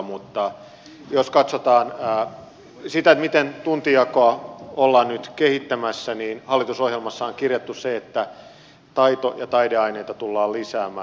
mutta jos katsotaan sitä miten tuntijakoa ollaan nyt kehittämässä niin hallitusohjelmassa on kirjattu se että taito ja taideaineita tullaan lisäämään